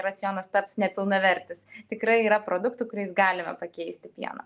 racionas taps nepilnavertis tikrai yra produktų kuriais galime pakeisti pieną